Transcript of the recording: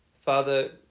Father